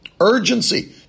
Urgency